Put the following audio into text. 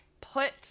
put